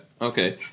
okay